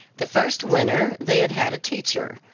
the first winter they had had a teacher,